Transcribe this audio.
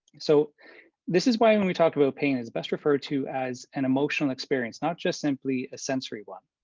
so this is why when we talked about pain is best referred to as an emotional experience, not just simply a sensory one,